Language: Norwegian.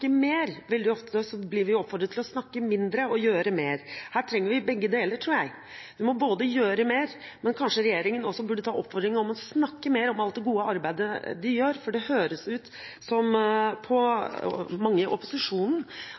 snakke mer. Veldig ofte blir vi oppfordret til å snakke mindre og gjøre mer. Her trenger vi begge deler, tror jeg. Vi må gjøre mer, men kanskje regjeringen også burde følge oppfordringen om å snakke mer om alt det gode arbeidet de gjør, for på mange i opposisjonen